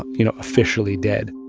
you know, officially dead